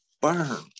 burn